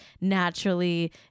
naturally